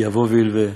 יבוא וילווה.